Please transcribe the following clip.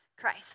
Christ